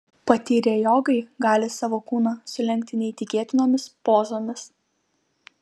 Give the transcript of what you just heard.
patyrę jogai gali savo kūną sulenkti neįtikėtinomis pozomis